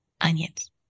onions